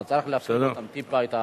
צריך להפריד אותם טיפה.